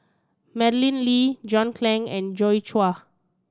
Madeleine Lee John Clang and Joi Chua